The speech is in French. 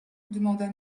demanda